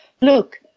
look